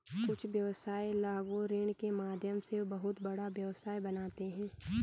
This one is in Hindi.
कुछ व्यवसायी लघु ऋण के माध्यम से बहुत बड़ा व्यवसाय बनाते हैं